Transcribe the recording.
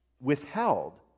Withheld